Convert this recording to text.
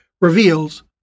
reveals